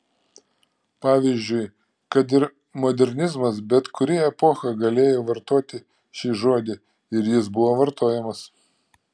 pavyzdžiui kad ir modernizmas bet kuri epocha galėjo vartoti šį žodį ir jis buvo vartojamas